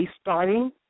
starting